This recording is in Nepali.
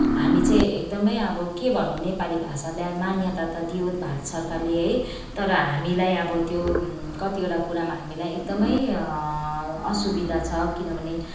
हामी चाहिँ एकदमै अब के भन्नु नेपाली भाषालाई मान्यता त दियो भारत सरकारले है तर हामीलाई अब त्यो कतिवटा कुरामा हामीलाई एकदमै असुविधा छ किनभने